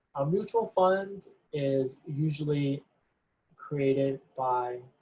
a mutual fund is usually created by